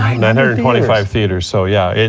um nine hundred and twenty five theaters, so yeah.